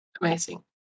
amazing